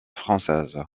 française